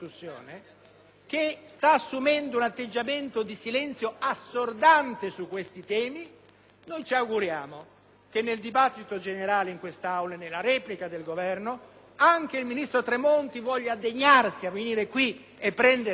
che sta assumendo un atteggiamento di silenzio assordante su questi temi. Noi ci auguriamo che nel corso della discussione generale in quest'Aula e nella replica del Governo anche il ministro Tremonti voglia degnarsi di venire qui e prendere la parola.